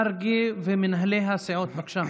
מרגי ומנהלי הסיעות, בבקשה.